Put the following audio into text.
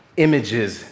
images